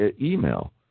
email